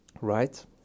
Right